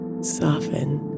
soften